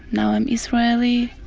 now i'm israeli,